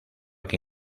que